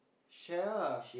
share ah